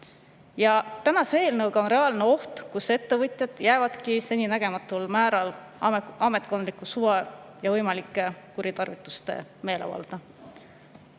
Tänase eelnõu puhul on reaalne oht, et ettevõtjad jäävad seninägematul määral ametkondliku suva ja võimalike kuritarvituste meelevalda.